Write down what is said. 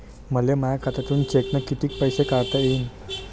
मले माया खात्यातून चेकनं कितीक पैसे काढता येईन?